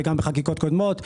וגם בחקיקות קודמות.